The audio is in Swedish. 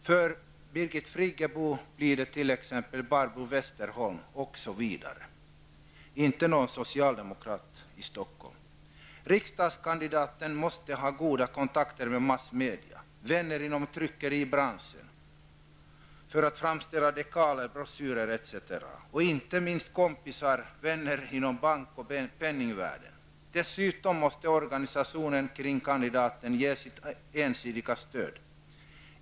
För Birgit Friggebo blir det t.ex. Barbro Westerholm, alltså inte någon socialdemokrat i Stockholm. Riksdagskandidaten måste ha goda kontakter med massmedia, vänner inom tryckeribranschen för att framställa dekaler, broschyrer osv. och inte minst vänner inom bank och penningvärden. Dessutom måste organisationen omkring kandidaten ge sitt ensidiga stöd.